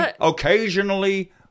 occasionally